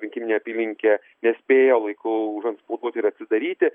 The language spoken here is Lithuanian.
rinkiminė apylinkė nespėjo laiku užantspauduoti ir atsidaryti